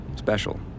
special